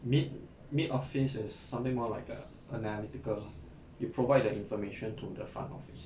mid mid office is something more like err analytical you provide the information to the front office